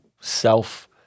self